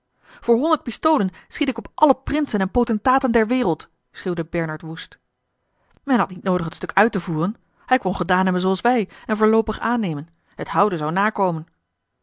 voor honderd pistolen schiet ik op alle prinsen en potentaten der wereld schreeuwde bernard woest men had niet noodig het stuk uit te voeren hij kon gedaan hebben zooals wij en voorloopig aannemen het houden zou nakomen